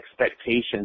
expectations